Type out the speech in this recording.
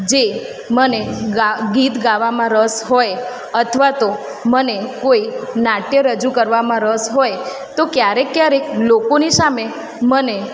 જે મને ગા ગીત ગાવામાં રસ હોય અથવા તો મને કોઈ નાટ્ય રજૂ કરવામાં રસ હોય તો ક્યારેક ક્યારેક લોકોની સામે મને